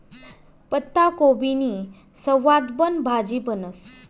पत्ताकोबीनी सवादबन भाजी बनस